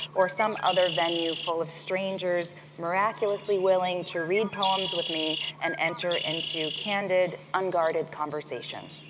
or some other venue full of strangers miraculously willing to read poems with me and enter into candid, unguarded conversation.